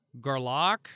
garlock